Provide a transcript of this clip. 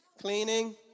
Cleaning